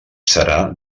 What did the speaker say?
serà